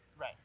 Right